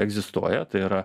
egzistuoja tai yra